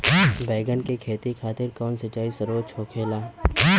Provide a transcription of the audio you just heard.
बैगन के खेती खातिर कवन सिचाई सर्वोतम होखेला?